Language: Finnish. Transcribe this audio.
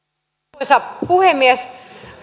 arvoisa puhemies minulle